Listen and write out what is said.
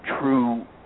true